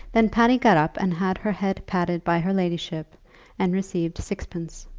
then patty got up and had her head patted by her ladyship and received sixpence.